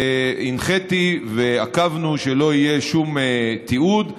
הנחיתי ועקבנו שלא יהיה שום תיעוד.